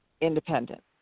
independent